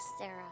Sarah